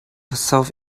herself